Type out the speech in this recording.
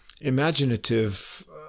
imaginative